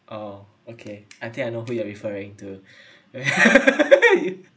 oh okay I think I know who you're referring to you